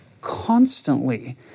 constantly